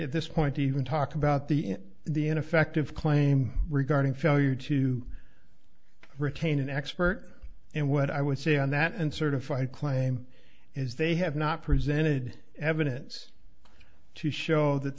at this point to even talk about the in the ineffective claim regarding failure to retain an expert and what i would say on that and certified claim is they have not presented evidence to show that